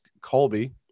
Colby